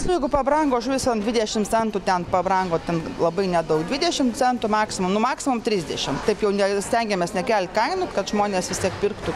nu jeigu pabrango žuvis ant dvidešims centų ten pabrango ten labai nedaug dvidešim centų maksimum nu maksimum trisdešim taip jau ne stengiamės nekelt kainų kad žmonės vis tiek pirktų